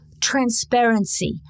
transparency